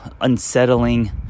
unsettling